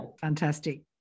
Fantastic